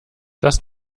das